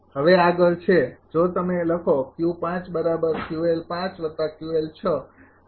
હવે આગળ છે જો તમે લખો અને